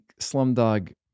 Slumdog